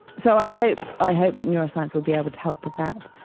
so i hope i hope that neuroscience will be able to help with that,